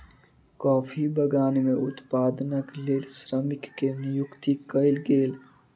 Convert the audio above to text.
coffee बगान में उत्पादनक लेल श्रमिक के नियुक्ति कयल गेल